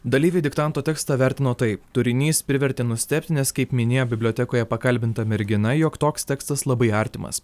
dalyviai diktanto tekstą vertino taip turinys privertė nustebti nes kaip minėjau bibliotekoje pakalbinta mergina jog toks tekstas labai artimas